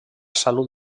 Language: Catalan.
salut